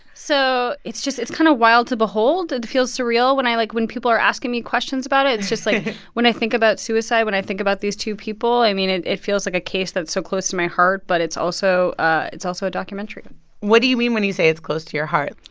so it's just it's kind of wild to behold. it feels surreal when i, like when people are asking me questions about it, it's just, like when i think about suicide, when i think about these two people, i mean, it it feels like a case that's so close to my heart. but it's also ah it's also a documentary what do you mean when you say it's close to your heart?